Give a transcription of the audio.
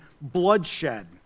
bloodshed